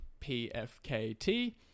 PFKT